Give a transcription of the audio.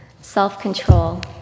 self-control